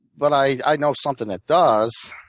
but i know something that does.